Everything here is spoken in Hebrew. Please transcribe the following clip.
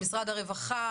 עם משרד הרווחה,